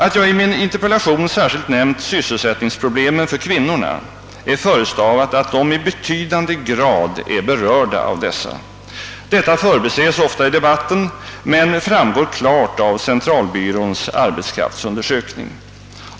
Att jag i min interpellation särskilt nämnt = sysselsättningsproblemen = för kvinnorna är förestavat av att dessa i betydande utsträckning drabbas. Detta förbises ofta i debatten men framgår klart av centralbyråns arbetskraftsundersökning.